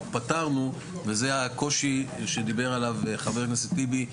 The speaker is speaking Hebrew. פתרנו וזה הקושי שדיבר עליו חבר הכנסת טיבי,